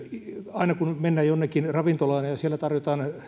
aina kun mennään jonnekin ravintolaan ja siellä tarjotaan